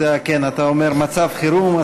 אתה אומר שזה מצב חירום,